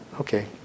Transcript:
Okay